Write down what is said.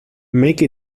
make